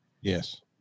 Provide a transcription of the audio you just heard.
Yes